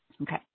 Okay